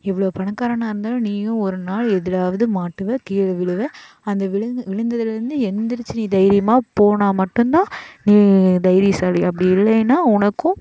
இவ்வளோ பணக்காரனா இருந்தாலும் நீயும் ஒரு நாள் எதுலேயாவது மாட்டுவ கீழே விழுவ அந்த விழுந்த விழுந்ததுலேருந்து எந்திரிச்சு நீ தைரியமாக போனால் மட்டும் தான் நீ தைரியசாலி அப்படி இல்லைனா உனக்கும்